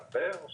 העניין הוא